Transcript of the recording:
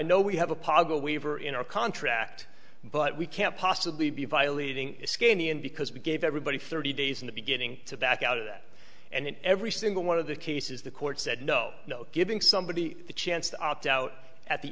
know we have a pago waiver in our contract but we can't possibly be violating skinny and because we gave everybody thirty days in the beginning to back out of that and in every single one of the cases the court said no no giving somebody the chance to opt out at the